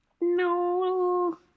No